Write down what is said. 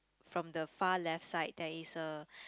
from the far left side there is a